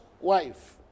wife